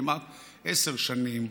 כמעט עשר שנים,